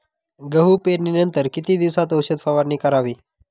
गहू पेरणीनंतर किती दिवसात औषध फवारणी करावी?